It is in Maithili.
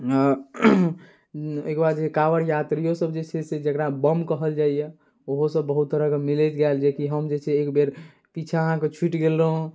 एक बार जे काँवर यात्रिओसभ जे छै से जकरा बम कहल जाइए ओहोसभ बहुत तरहके मिलैत गेल जेकि हम जे छै से एकबेर पिछाँ अहाँके छुटि गेल रहौँ